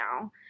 now